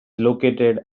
located